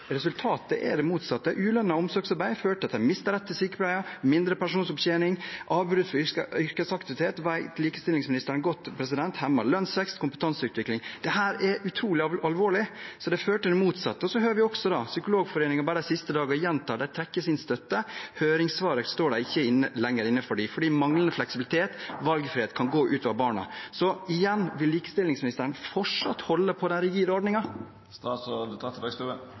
Resultatet er det motsatte. Ulønnet omsorgsarbeid har ført til at en har mistet rett til sykepenger, lavere pensjonsopptjening, avbrudd i yrkesaktivitet – dette vet likestillingsministeren godt – hemmet lønnsvekst og kompetanseutvikling. Dette er utrolig alvorlig, og det fører til det motsatte. Og så hører vi også at Psykologforeningen sier at de trekker sin støtte, høringssvaret står de ikke lenger inne for, fordi manglende fleksibilitet og valgfrihet kan gå ut over barna. Igjen: Vil likestillingsministeren fortsatt holde på den